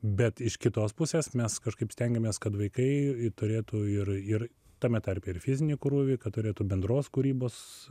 bet iš kitos pusės mes kažkaip stengiamės kad vaikai turėtų ir ir tame tarpe ir fizinį krūvį kad turėtų bendros kūrybos